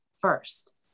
first